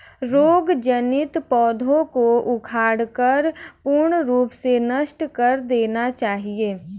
रोग जनित पौधों को उखाड़कर पूर्ण रूप से नष्ट कर देना चाहिये